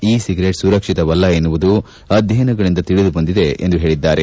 E cigarette ಸುರಕ್ಷಿತವಲ್ಲ ಎನ್ನುವುದು ಅಧ್ಯಯನಗಳಿಂದ ತಿಳಿದುಬಂದಿದೆ ಎಂದು ಹೇಳಿದ್ದಾರೆ